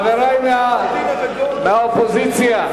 חברי מהאופוזיציה.